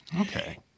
Okay